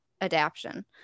adaption